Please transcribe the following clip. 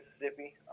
Mississippi